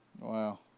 Wow